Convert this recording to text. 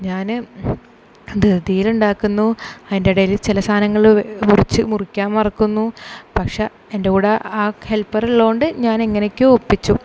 ഞാൻ ധൃതിയിലുണ്ടാക്കുന്നു അതിൻ്റെ ഇടയിൽ ചില സാധനങ്ങൾ മുറിച്ച് മുറിക്കാൻ മറക്കുന്നു പക്ഷേ എൻ്റെ കൂടെ ആ ഹെൽപ്പർ ഉള്ളതു കൊണ്ട് ഞാൻ എങ്ങനെയൊക്കെയോ ഒപ്പിച്ചു